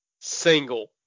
single